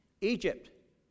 Egypt